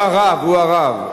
הוא הרב, הוא הרב.